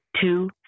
two